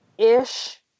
Ish